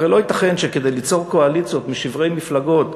כי הרי לא ייתכן שכדי ליצור קואליציות משברי מפלגות,